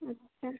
अच्छा